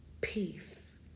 peace